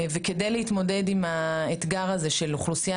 וכדי להתמודד עם האתגר של אוכלוסייה